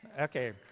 Okay